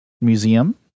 museum